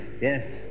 yes